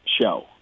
show